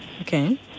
Okay